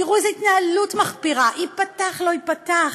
תראו איזו התנהלות מחפירה, ייפתח, לא ייפתח.